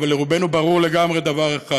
אבל לרובנו ברור לגמרי דבר אחד,